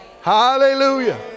Hallelujah